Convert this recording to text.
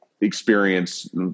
experience